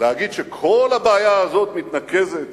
להגיד שכל הבעיה הזאת מתנקזת